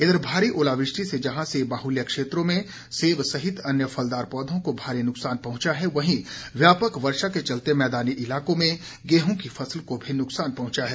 इधर भारी ओलावृष्टि से जहां सेब बाहुल्य क्षेत्रों में सेब सहित अन्य फलदार पौधों को भारी नुकसान पहुंचा है वहीं व्यापक वर्षा के चलते मैदानी इलाकों में गेहूं की फसल को भी नुकसान पहुंचा है